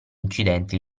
incidente